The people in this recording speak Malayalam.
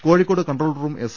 Kozhikode control room S